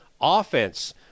offense